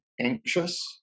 anxious